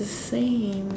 the same